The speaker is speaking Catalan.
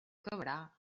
acabarà